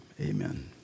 amen